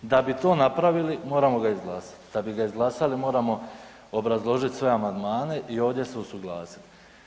Da bi to napravili moramo ga izglasat, da bi ga izglasali moramo obrazložiti sve amandmane i ovdje se usuglasiti.